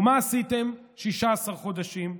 ומה עשיתם 16 חודשים?